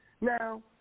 Now